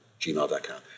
gmail.com